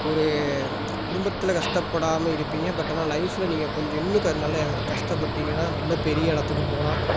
ஒரு குடும்பத்தில் கஷ்டப்படாமல் இருப்பிங்க பட் ஆனால் லைஃபில் நீங்கள் கொஞ்சம் இன்னும் நல்ல கஷ்டப்பட்டிங்கன்னால் நல்ல பெரிய இடத்துக்கு போகலாம்